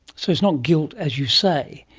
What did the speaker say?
so it's not guilt, as you say,